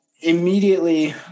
immediately